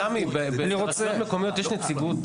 אבל תמי, ברשויות מקומיות יש נציגות